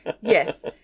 yes